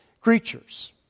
creatures